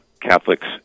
Catholics